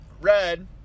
red